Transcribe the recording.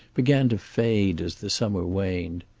began to fade as the summer waned.